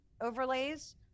overlays